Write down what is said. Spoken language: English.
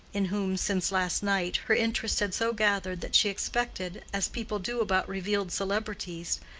in whom, since last night, her interest had so gathered that she expected, as people do about revealed celebrities,